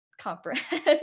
comprehend